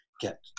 get